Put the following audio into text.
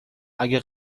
اگه